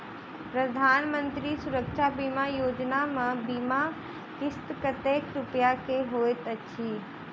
प्रधानमंत्री सुरक्षा बीमा योजना मे बीमा किस्त कतेक रूपया केँ होइत अछि?